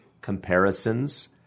comparisons